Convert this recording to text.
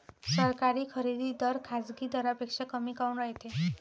सरकारी खरेदी दर खाजगी दरापेक्षा कमी काऊन रायते?